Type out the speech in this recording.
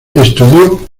estudió